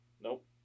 Nope